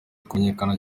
kumenyekana